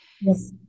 Yes